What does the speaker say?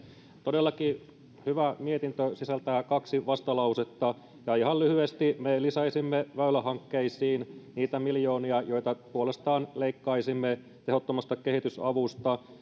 todellakin hyvä mietintö sisältää kaksi vastalausetta ihan lyhyesti me lisäisimme väylähankkeisiin niitä miljoonia joita puolestaan leikkaisimme tehottomasta kehitysavusta